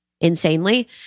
insanely